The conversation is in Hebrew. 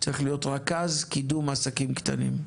צריך להיות רכז קידום עסקים קטנים.